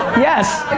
yes.